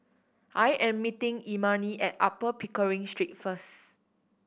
I am meeting Imani at Upper Pickering Street first